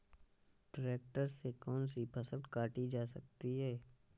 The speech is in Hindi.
ट्रैक्टर से कौन सी फसल काटी जा सकती हैं?